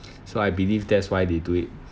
so I believe that's why they do it